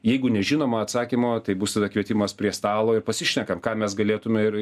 jeigu nežinoma atsakymo tai bus tada kvietimas prie stalo ir pasišnekam ką mes galėtume ir